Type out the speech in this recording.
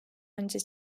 önce